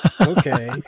Okay